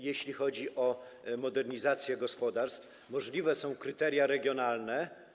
Jeśli chodzi o modernizację gospodarstw, możliwe są kryteria regionalne.